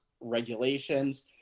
regulations